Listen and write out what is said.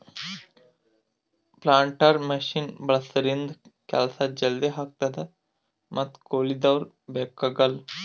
planter machine ಬಳಸಿದ್ರಿಂದ ಕೆಲ್ಸ ಜಲ್ದಿ ಆಗ್ತದ ಮತ್ತ್ ಕೂಲಿದವ್ರು ಬೇಕಾಗಲ್